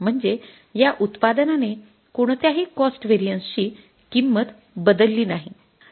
म्हणजे या उत्पादनाने कोणत्याही कॉस्ट व्हेरिएन्स ची किंमत बदलली नाही